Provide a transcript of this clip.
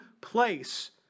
place